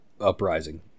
Uprising